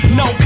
no